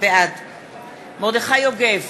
בעד מרדכי יוגב,